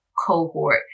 cohort